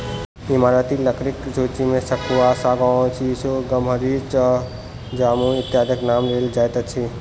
ईमारती लकड़ीक सूची मे सखुआ, सागौन, सीसो, गमहरि, चह, जामुन इत्यादिक नाम लेल जाइत अछि